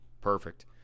Perfect